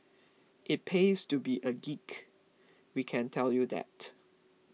it pays to be a geek we can tell you that